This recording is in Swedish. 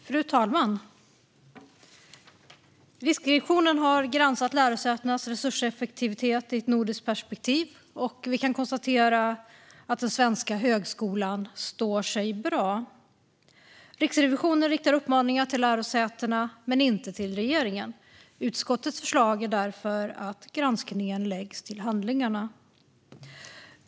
Fru talman! Riksrevisionen har granskat lärosätenas resurseffektivitet i ett nordiskt perspektiv, och vi kan konstatera att den svenska högskolan står sig bra. Riksrevisionen riktar uppmaningar till lärosätena men inte till regeringen. Utskottets förslag är därför att granskningen läggs till handlingarna.